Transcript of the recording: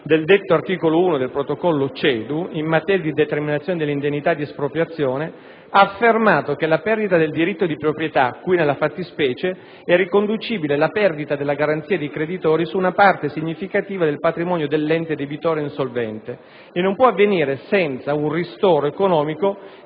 348 e 349 del 2007) in materia di determinazione delle indennità di espropriazione, ha affermato che la perdita del diritto di proprietà, cui nella fattispecie è riconducibile la perdita della garanzia dei creditori su una parte significativa del patrimonio dell'ente debitore insolvente, non può avvenire senza un ristoro economico